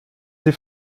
sie